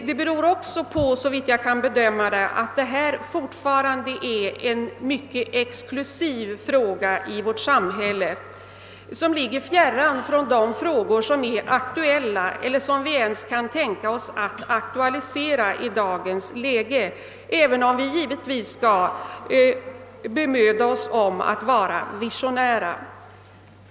Det beror såvitt jag kan förstå också på att detta fortfarande är en mycket exklusiv fråga i vårt samhälle, vilken ligger fjärran från de frågor som är aktuella eller som vi ens kan tänka oss att aktualisera i dagens läge, även om vi givetvis skall bemöda oss om att vara visionära.